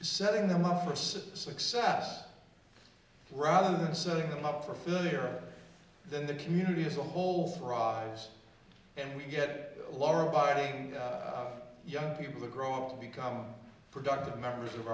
setting them up for success rather than setting them up for failure then the community as a whole fries and we get lower abiding young people to grow up to become productive members of